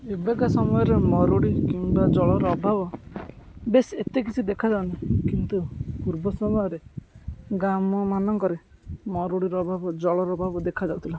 ଏବେକା ସମୟରେ ମରୁଡ଼ି କିମ୍ବା ଜଳର ଅଭାବ ବେଶ୍ ଏତେ କିଛି ଦେଖାଯାଉନି କିନ୍ତୁ ପୂର୍ବ ସମୟରେ ଗ୍ରାମମାନଙ୍କରେ ମରୁଡ଼ିର ଅଭାବ ଜଳର ଅଭାବ ଦେଖାଯାଉଥିଲା